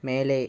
மேலே